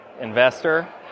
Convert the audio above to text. Investor